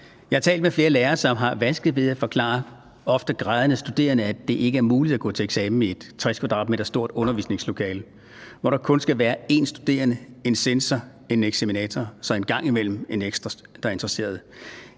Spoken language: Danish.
Jeg har talt med flere lærere, som har vanskeligt ved at forklare ofte grædende studerende, at det ikke er muligt at gå til eksamen i et 60 m² stort undervisningslokale, hvor der kun skal være en studerende, en censor og en eksaminator og så en gang imellem en ekstra, som er interesseret.